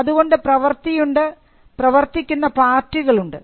അതുകൊണ്ട് പ്രവർത്തിയുണ്ട് പ്രവർത്തിക്കുന്ന പാർട്ടികൾ ഉണ്ട്